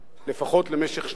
לפחות למשך שנתיים,